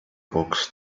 books